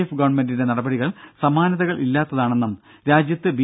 F ഗവർണ്മെന്റിന്റെ നടപടികൾ സമാനതകൾ ഇല്ലാത്തത് ആണെന്നും രാജ്യത്തു ബി